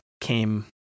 came